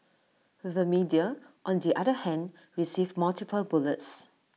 the media on the other hand received multiple bullets